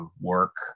work